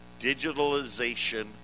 digitalization